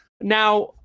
Now